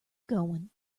going